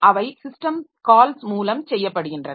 அவை system calls மூலம் செய்யப்படுகின்றன